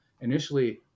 initially